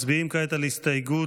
מצביעים כעת על הסתייגות